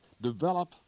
Develop